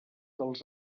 dels